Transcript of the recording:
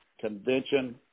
Convention